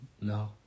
no